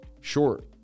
short